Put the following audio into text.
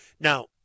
Now